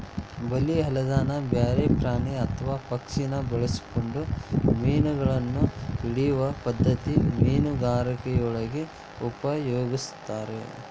ಬಲಿ ಅಲ್ಲದನ ಬ್ಯಾರೆ ಪ್ರಾಣಿ ಅತ್ವಾ ಪಕ್ಷಿನ ಬಳಸ್ಕೊಂಡು ಮೇನಗಳನ್ನ ಹಿಡಿಯೋ ಪದ್ಧತಿ ಮೇನುಗಾರಿಕೆಯೊಳಗ ಉಪಯೊಗಸ್ತಾರ